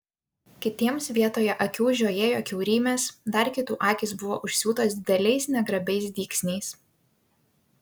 kitiems vietoje akių žiojėjo kiaurymės dar kitų akys buvo užsiūtos dideliais negrabiais dygsniais